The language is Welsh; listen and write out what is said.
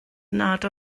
nad